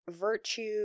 virtue